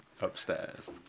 upstairs